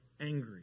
angry